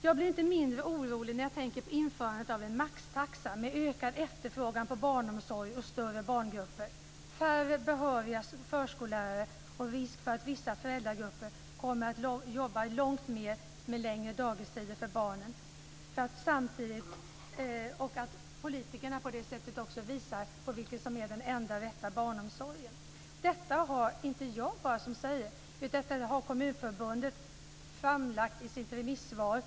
Jag blir inte mindre orolig när jag tänker på införandet av en maxtaxa med ökad efterfrågan på barnomsorg och större barngrupper, färre behöriga förskollärare och risk för att vissa föräldragrupper kommer att jobba långt mer, med längre dagistider för barnen som följd. Politikerna visar på det sättet också vilken som är den enda rätta barnomsorgen. Det är inte bara jag som säger detta, utan Kommunförbundet har framlagt det i sitt remissvar.